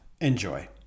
Enjoy